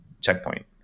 checkpoint